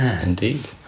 Indeed